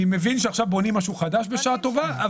אני מבין שעכשיו בונים משהו חדש בשעה טובה,